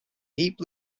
deep